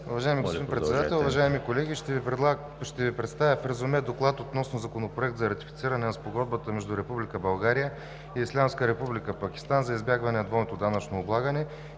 Уважаеми господин Председател, уважаеми колеги! Ще Ви представя в резюме „ДОКЛАД относно Законопроект за ратифициране на Спогодбата между Република България и Ислямска Република Пакистан за избягване на двойното данъчно облагане